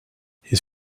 his